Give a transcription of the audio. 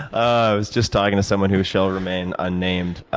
i was just talking to someone who shall remain unnamed,